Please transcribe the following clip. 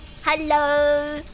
Hello